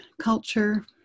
culture